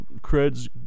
creds